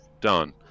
done